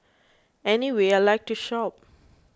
anyway I like to shop